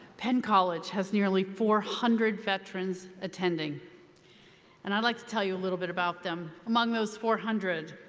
penn college has nearly four hundred veterans attending and i'd like to tell you a little bit about them. among those four hundred,